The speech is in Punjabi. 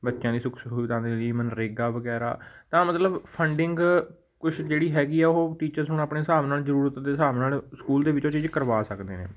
ਬੱਚਿਆਂ ਦੀ ਸੁੱਖ ਸਹੂਲਤਾਂ ਦੇ ਲਈ ਮਨਰੇਗਾ ਵਗੈਰਾ ਤਾਂ ਮਤਲਬ ਫੰਡਿੰਗ ਕੁਛ ਜਿਹੜੀ ਹੈਗੀ ਆ ਉਹ ਟੀਚਰਸ ਹੁਣ ਆਪਣੇ ਹਿਸਾਬ ਨਾਲ ਜ਼ਰੂਰਤ ਦੇ ਹਿਸਾਬ ਨਾਲ ਸਕੂਲ ਦੇ ਵਿੱਚ ਉਹ ਚੀਜ਼ ਕਰਵਾ ਸਕਦੇ ਨੇ